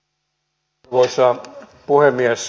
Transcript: arvoisa puhemies